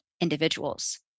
individuals